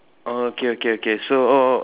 orh okay okay okay so oh oh